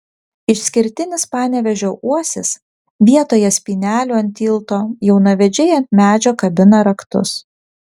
išskirtinis panevėžio uosis vietoje spynelių ant tilto jaunavedžiai ant medžio kabina raktus